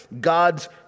God's